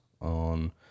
on